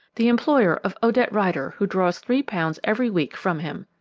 the employer of odette rider who draws three pounds every week from him.